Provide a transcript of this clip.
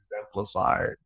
exemplified